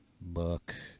Book